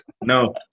No